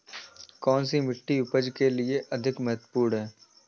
कौन सी मिट्टी उपज के लिए अधिक महत्वपूर्ण है?